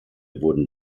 wurden